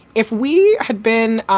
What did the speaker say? if we had been, um